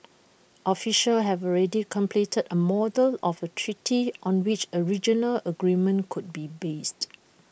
officials have already completed A model of A treaty on which A regional agreement could be based